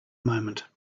moment